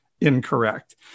incorrect